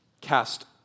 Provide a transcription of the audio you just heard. Cast